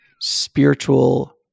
spiritual